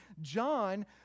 John